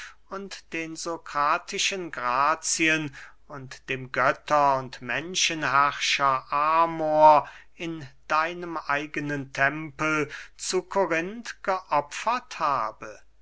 und den sokratischen grazien und dem götter und menschen herrscher amor in deinem eigenen tempel zu korinth geopfert habe